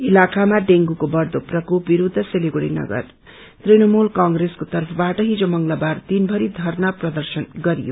इलाकामा डेंगूको बढ़दो प्रकोप विरूद्ध सिलगढ़ी नगर तृणमूल क्प्रेसको तर्फबाट हिज मंगलबार दिनपरि धरना प्रदर्शन गरियो